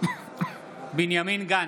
בנימין גנץ,